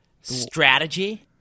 strategy